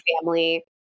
family